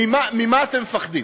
ממה אתם מפחדים?